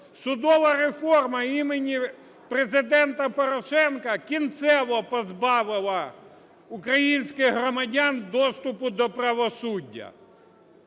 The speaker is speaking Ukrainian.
Судова реформа імені Президента Порошенка кінцево позбавила українських громадян доступу до правосуддя.